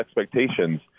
expectations